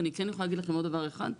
אני כן יכולה להגיד לכם עוד דבר אחד,